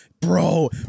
Bro